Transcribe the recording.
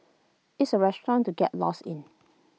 it's A restaurant to get lost in